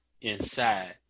inside